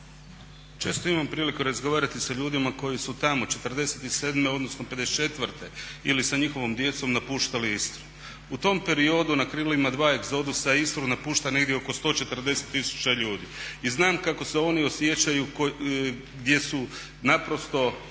Često imam priliku razgovarati sa ljudima koji su tamo 47.odnosno 54.ili sa njihovom djecom napuštali Istru. U tom periodu na krilima dva egzodusa Istru napušta negdje oko 140 tisuća ljudi i znam kako se oni osjećaju gdje su naprosto